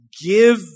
give